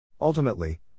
Ultimately